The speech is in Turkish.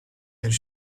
bir